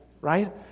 right